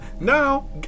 Now